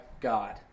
God